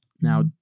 Now